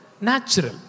Natural